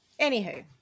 Anywho